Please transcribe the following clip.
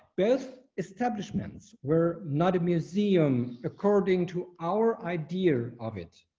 both establishments were not a museum according to our idea of it,